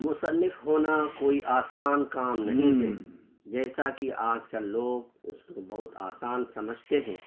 مصنف ہونا کوئی آسان کام نہیں ہے جیسا کہ آج کل لوگ اس کو بہت آسان سمجھتے ہیں